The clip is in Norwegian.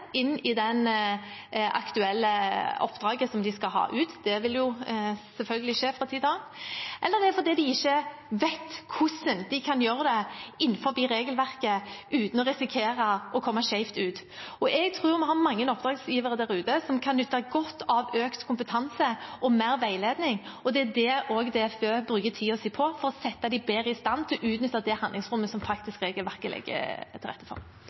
inn i det aktuelle oppdraget som de skal ha ut – det vil selvfølgelig skje fra tid til annen – eller fordi de ikke vet hvordan de kan gjøre det innenfor regelverket uten å risikere å komme skjevt ut. Jeg tror vi har mange oppdragsgivere der ute som kan nyte godt av økt kompetanse og mer veiledning, og det er det også DFØ bruker tiden sin på, for å sette dem bedre i stand til å utnytte det handlingsrommet som regelverket faktisk legger til rette for.